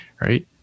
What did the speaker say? right